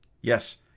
Yes